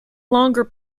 longer